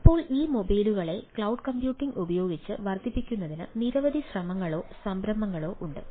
ഇപ്പോൾ ഈ മൊബൈലുകളെ ക്ലൌഡ് കമ്പ്യൂട്ടിംഗ് ഉപയോഗിച്ച് വർദ്ധിപ്പിക്കുന്നതിന് നിരവധി ശ്രമങ്ങളോ സംരംഭങ്ങളോ ഉണ്ട്